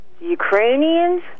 Ukrainians